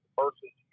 versus